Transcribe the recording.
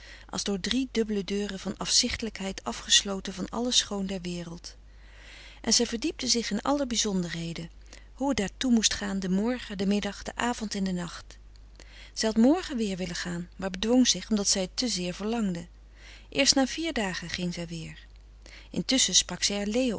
als door drie dubbele deuren van afzichtelijkheid afgesloten van alle schoon der wereld en zij verdiepte zich in alle bizonderheden hoe het daar toe moest gaan den morgen den middag den avond en den nacht zij had morgen weer willen gaan maar bedwong zich omdat zij t te zeer verlangde eerst na vier dagen ging zij weer intusschen sprak zij